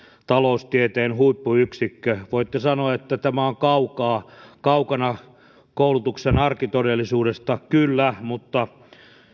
taloustieteen huippuyksikkö voitte sanoa että tämä on kaukana kaukana koulutuksen arkitodellisuudesta kyllä mutta